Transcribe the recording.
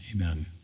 amen